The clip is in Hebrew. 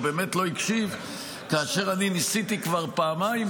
או באמת לא הקשיב כאשר אני ניסיתי כבר פעמיים,